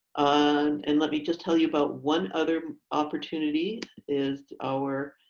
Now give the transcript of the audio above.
and let me just tell you about one other opportunity is our